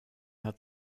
hat